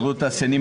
התאחדות התעשיינים,